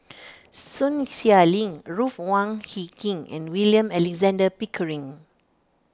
Sun Xueling Ruth Wong Hie King and William Alexander Pickering